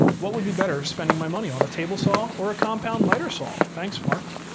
what would be better spending my money on, a table saw, or a compound miter saw? thanks marc!